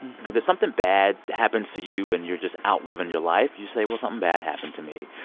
because if something bad happens to you and you're just out living your life, you say, well, something bad happened to me.